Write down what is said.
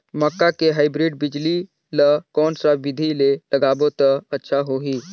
मक्का के हाईब्रिड बिजली ल कोन सा बिधी ले लगाबो त अच्छा होहि?